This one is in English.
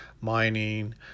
mining